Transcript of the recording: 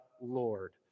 Lord